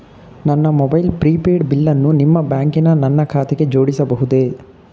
ನನ್ನ mobile prepaid ಬಿಲ್ಲನ್ನು ನಿಮ್ಮ ಬ್ಯಾಂಕಿನ ನನ್ನ ಖಾತೆಗೆ ಜೋಡಿಸಬಹುದೇ?